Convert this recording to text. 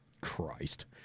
Christ